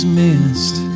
missed